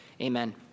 Amen